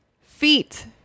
Feet